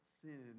sin